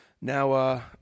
Now